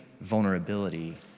vulnerability